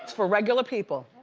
for regular people.